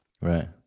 right